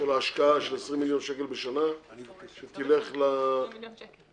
של ההשקעה של 20 מיליון בשנה תלך ל --- סיכמנו 20 מיליון שקל.